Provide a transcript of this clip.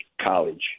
college